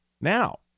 Now